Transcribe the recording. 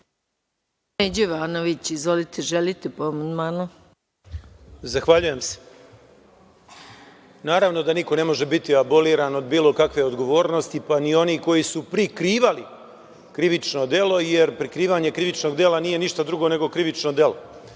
Neđo Jovanović. Izvolite. **Neđo Jovanović** Zahvaljujem se. Naravno da niko ne može biti aboliran od bilo kakve odgovornosti, pa ni oni koji su prikrivali krivično delo, jer prikrivanje krivičnog dela nije ništa drugo nego krivično delo. Nama